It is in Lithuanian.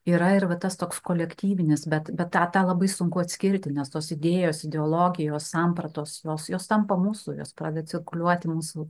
yra ir va tas toks kolektyvinis bet bet tą labai sunku atskirti nes tos idėjos ideologijos sampratos jos jos tampa mūsų jos pradeda cirkuliuoti mūsų